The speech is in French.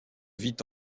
vit